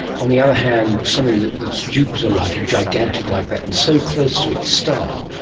on the other hand, something that's jupiter-like and gigantic like that and so close to its star,